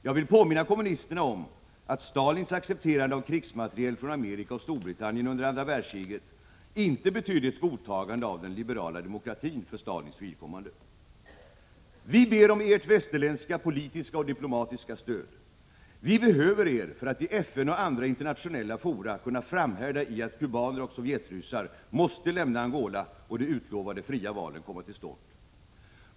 Jag vill påminna kommunisterna om att Stalins accepterande av krigsmateriel från Amerika och Storbritannien under andra världskriget inte betydde ett godtagande av den liberala demokratin för Stalins vidkommande. Vi ber om ert politiska och diplomatiska stöd. Vi behöver er för att i FN och andra internationella fora kunna framhärda i att kubaner och Sovjetryssar måste lämna Angola och de utlovade fria valen komma till stånd.